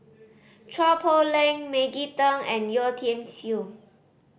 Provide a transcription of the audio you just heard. Chua Poh Leng Maggie Teng and Yeo Tiam Siew